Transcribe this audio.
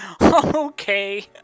okay